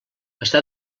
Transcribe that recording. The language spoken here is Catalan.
està